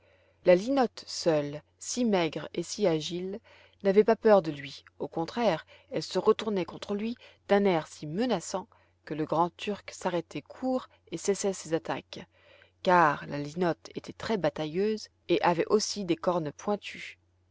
la linotte seule si maigre et si agile n'avait pas peur de lui au contraire elle se retournait contre lui d'un air si menaçant que le grand turc s'arrêtait court et cessait ses attaques car la linotte était très batailleuse et avait aussi des cornes pointues